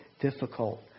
difficult